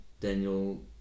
Daniel